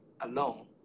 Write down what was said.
alone